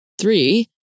three